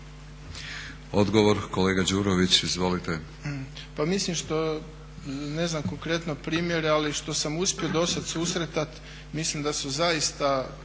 Odgovor na kolega Đurović. Izvolite.